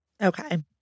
Okay